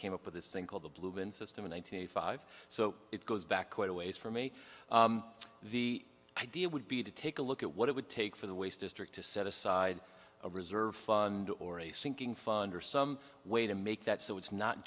came up with this thing called the blue bin system one hundred five so it goes back quite a ways for me the idea would be to take a look at what it would take for the waste district to set aside a reserve fund or a sinking fund or some way to make that so it's not